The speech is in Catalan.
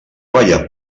balla